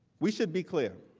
we should be clear,